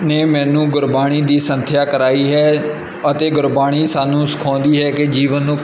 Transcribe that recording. ਨੇ ਮੈਨੂੰ ਗੁਰਬਾਣੀ ਦੀ ਸੰਥਿਆ ਕਰਾਈ ਹੈ ਅਤੇ ਗੁਰਬਾਣੀ ਸਾਨੂੰ ਸਿਖਾਉਂਦੀ ਹੈ ਕਿ ਜੀਵਨ ਨੂੰ